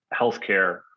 healthcare